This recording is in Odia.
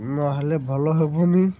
ନହେଲେ ଭଲ ହେବନି